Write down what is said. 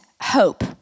hope